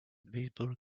baseball